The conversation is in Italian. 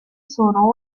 sono